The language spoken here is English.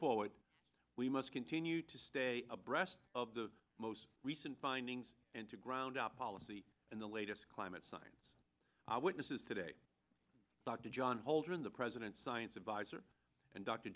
forward we must continue to stay abreast of the most recent findings and to ground up policy in the latest climate science witnesses today dr john holdren the president's science advisor and dr